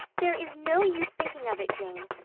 there is no use thinking of it, jane.